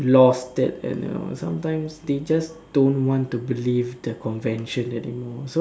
lost that you know sometimes they just don't want to believe the convention anymore